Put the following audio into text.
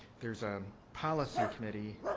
there's a policy committee,